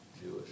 Jewish